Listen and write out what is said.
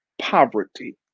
poverty